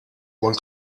one